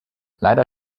leider